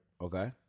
okay